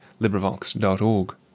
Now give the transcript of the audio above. librivox.org